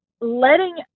letting